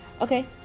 Okay